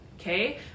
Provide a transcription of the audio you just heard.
okay